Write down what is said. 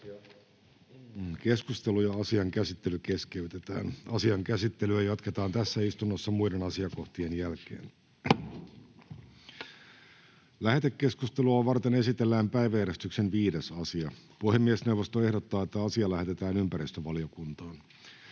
Keskustelu ja asian käsittely keskeytetään. Asian käsittelyä jatketaan tässä istunnossa muiden asiakohtien jälkeen. Lähetekeskustelua varten esitellään päiväjärjestyksen 5. asia. Puhemiesneuvosto ehdottaa, että asia lähetetään ympäristövaliokuntaan.